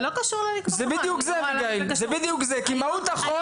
זאת מהות החוק.